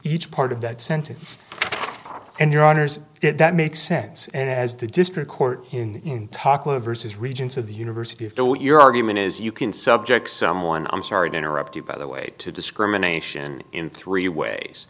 each part of that sentence and your honors did that make sense and has the district court in talk live versus regents of the university of delaware your argument is you can subject someone i'm sorry to interrupt you by the way to discrimination in three ways